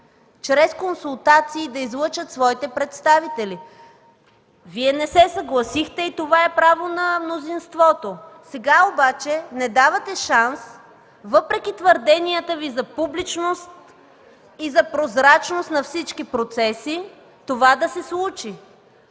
чрез консултации, да излъчат своите представители. Вие не се съгласихте и това е право на мнозинството. Сега обаче не давате шанс, въпреки твърденията Ви за публичност и за прозрачност на всички процеси, това да се случи.